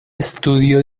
estudio